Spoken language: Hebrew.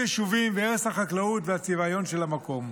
יישובים והרס החקלאות והצביון של המקום.